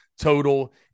total